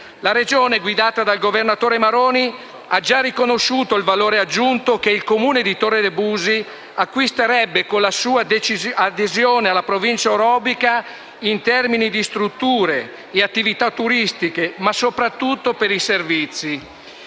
La Regione, guidata dal governatore Maroni, ha già riconosciuto il valore aggiunto che il Comune di Torre de' Busi acquisterebbe con la sua adesione alla Provincia orobica in termini di strutture e attività turistiche, ma soprattutto per i servizi.